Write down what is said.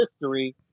history